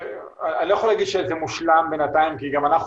אני לא יכול להגיד שזה מושלם בינתיים כי גם אנחנו